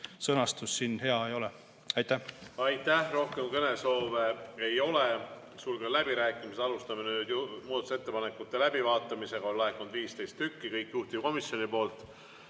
sõnastus siin hea ei ole. Aitäh! Aitäh! Rohkem kõnesoove ei ole, sulgen läbirääkimised. Alustame nüüd muudatusettepanekute läbivaatamist. On laekunud 15 tükki, kõik juhtivkomisjoni poolt